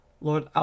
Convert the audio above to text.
Lord